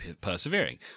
persevering